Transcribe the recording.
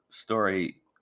story